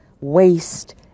waste